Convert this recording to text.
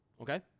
okay